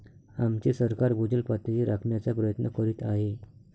आमचे सरकार भूजल पातळी राखण्याचा प्रयत्न करीत आहे